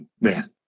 man